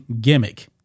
gimmick